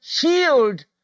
healed